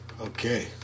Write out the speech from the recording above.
Okay